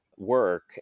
work